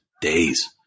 Days